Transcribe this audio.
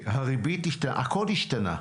הכול השתנה.